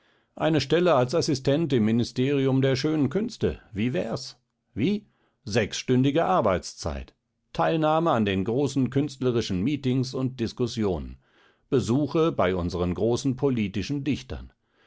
eine stelle als assistent im ministerium der schönen künste wie wärs wie sechsstündige arbeitszeit teilnahme an den großen künstlerischen meetings und diskussionen besuche bei unseren großen politischen dichtern